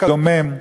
הדומם,